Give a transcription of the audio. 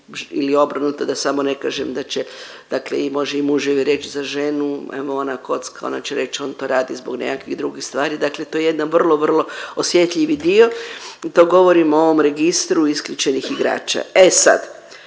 ili obrnuto da smo ne kažem da će dakle i može i muževi reć za ženu evo ona kocka, ona će reć on to radi zbog nekakvih drugih stvari dakle to je jedna vrlo, vrlo osjetljivi dio i to govorim o ovom registru isključenih igrača. E sad,